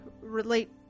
relate